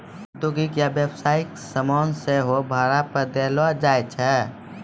औद्योगिक या व्यवसायिक समान सेहो भाड़ा पे देलो जाय छै